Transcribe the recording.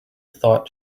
thought